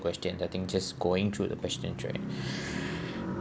question the thing just going through the questions right